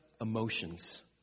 emotions